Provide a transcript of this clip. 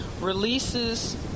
releases